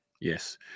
Yes